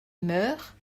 meurt